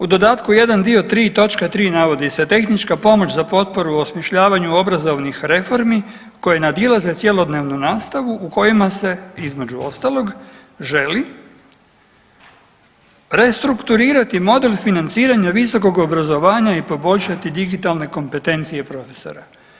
U dodatku jedan dio tri točka tri navodi se tehnička pomoć za potporu u osmišljavanju obrazovnih reformi koje nadilaze cjelodnevnu nastavu u kojima se između ostalog želi restrukturirati model financiranja visokog obrazovanja i poboljšati digitalne kompetencije profesora.